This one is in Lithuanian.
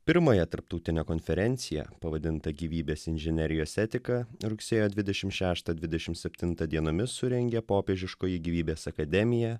pirmąją tarptautinę konferenciją pavadintą gyvybės inžinerijos etiką rugsėjo dvidešimt šeštą dvidešimt septintą dienomis surengė popiežiškoji gyvybės akademija